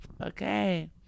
okay